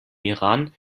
iran